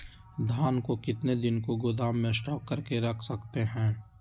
धान को कितने दिन को गोदाम में स्टॉक करके रख सकते हैँ?